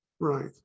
Right